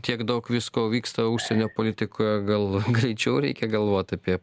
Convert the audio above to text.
tiek daug visko vyksta užsienio politikoje gal greičiau reikia galvot apie